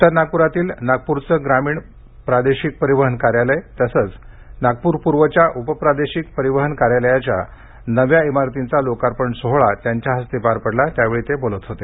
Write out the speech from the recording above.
उत्तर नागपूरातील नागपूर ग्रामीणचं प्रादेशिक परिवहन कार्यालय तसंच नागपूर पुर्वच्या उपप्रादेशिक परिवहन कार्यालयाच्या नव्या इमारतीचा लोकार्पण सोहळा त्यांच्या हस्ते पार पडला त्यावेळी ते बोलत होते